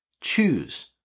choose